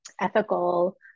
ethical